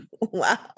Wow